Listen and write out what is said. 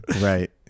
Right